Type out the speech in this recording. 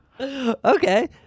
Okay